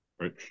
right